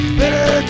better